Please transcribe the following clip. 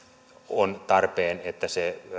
on tarpeen että